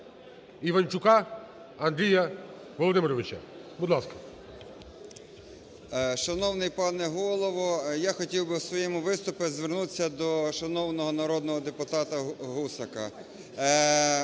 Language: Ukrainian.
Іванчука Андрія Володимировича, будь ласка.